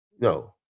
No